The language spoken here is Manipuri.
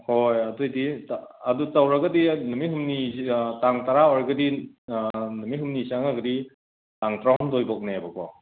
ꯍꯣꯏ ꯑꯗꯣꯏꯗꯤ ꯑꯗꯨ ꯇꯧꯔꯒꯗꯤ ꯅꯨꯃꯤꯠ ꯍꯨꯝꯅꯤꯁꯤ ꯇꯥꯡ ꯇꯔꯥ ꯑꯣꯏꯔꯒꯗꯤ ꯅꯨꯃꯤꯠ ꯍꯨꯝꯅꯤ ꯆꯪꯉꯒꯗꯤ ꯇꯥꯡ ꯇꯔꯥ ꯍꯨꯝꯗꯣꯏꯕꯥꯎꯅꯦꯕꯀꯣ